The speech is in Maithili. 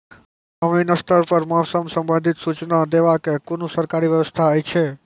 ग्रामीण स्तर पर मौसम संबंधित सूचना देवाक कुनू सरकारी व्यवस्था ऐछि?